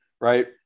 right